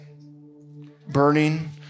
burning